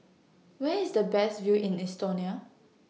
Where IS The Best View in Estonia